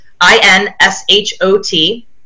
I-N-S-H-O-T